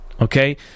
Okay